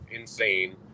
insane